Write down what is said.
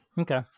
okay